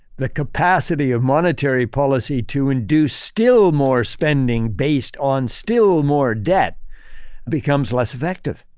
the capacity of monetary policy to induce still more spending based on still more debt becomes less effective.